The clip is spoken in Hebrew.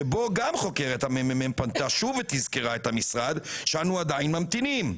שבו גם חוקרת המ.מ.מ פנתה שוב ותזכרה את המשרד שאנו עדיין ממתינים.